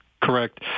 Correct